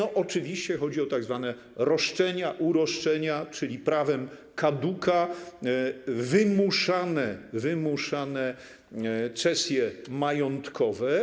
Oczywiście chodzi o tzw. roszczenia, uroszczenia, czyli prawem kaduka wymuszane cesje majątkowe.